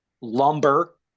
lumber